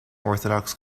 orthodox